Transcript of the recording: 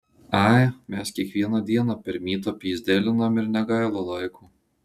ai mes kiekvieną dieną per mytą pyzdėlinam ir negaila laiko